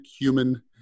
human